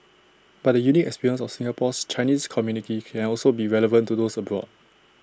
but the unique experience of Singapore's Chinese community can also be relevant to those abroad